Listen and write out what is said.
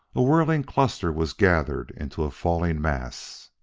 a whirling cluster was gathered into a falling mass.